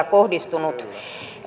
kohdistunut kritiikkiä